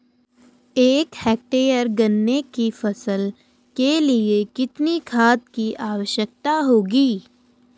एक हेक्टेयर गन्ने की फसल के लिए कितनी खाद की आवश्यकता होगी?